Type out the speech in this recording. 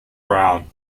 brown